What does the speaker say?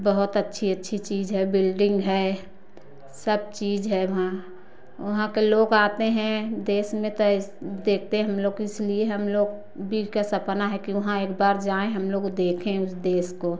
बहुत अच्छी अच्छी चीज़ है बिल्डिंग है सब चीज़ है वहाँ वहाँ के लोग आते हैं देश में देखते हम लोग किस लिए हम लोग बीच का सपना है की वहाँ एक बार जाएँ हम लोग देखे उस देश को